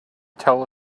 tell